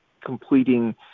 completing